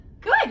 good